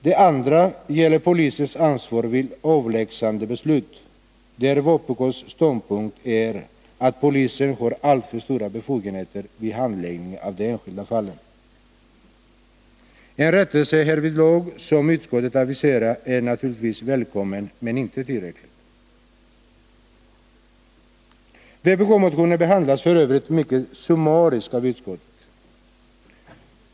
Den andra punkten gäller polisens ansvar vid avlägsnandebeslut, där vpk:s ståndpunkter är att polisen har alltför stora befogenheter vid handläggningen av de enskilda fallen. En rättelse härvidlag, som utskottet aviserar, är naturligtvis välkommen, men inte tillräcklig. Vpk-motionen behandlas f. ö. mycket summariskt av utskottet.